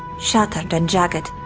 shattered and jagged.